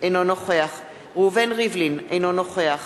אינו נוכח ראובן ריבלין, אינו נוכח